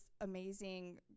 amazing